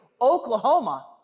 Oklahoma